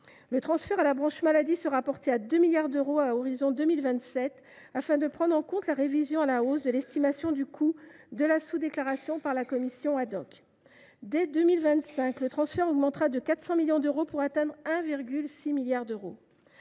Le transfert à la branche maladie atteindra 2 milliards d’euros à l’horizon 2027, afin de prendre en compte la révision à la hausse de l’estimation du coût de la sous déclaration par la commission. Dès 2025, le transfert augmentera de 400 millions d’euros, pour un montant total de 1,6 milliard d’euros.